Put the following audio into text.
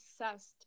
obsessed